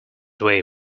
way